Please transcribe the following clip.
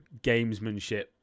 gamesmanship